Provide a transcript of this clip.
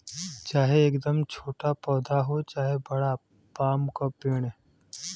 चाहे एकदम छोटा पौधा हो चाहे बड़ा पाम क पेड़